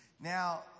Now